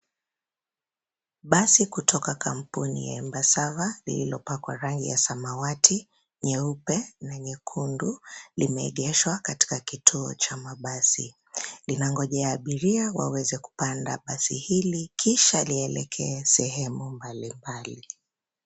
Basi kutoka kampuni ya Embassava lililopakwa rangi ya samawati, nyeupe na nyekundu limeegeshwa katika kituo cha mabasi, linangojea abiria waweze kupanda basi hili kisha lielekee sehemu mbalimbali.